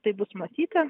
tai bus matyti